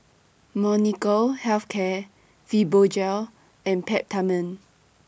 Molnylcke Health Care Fibogel and Peptamen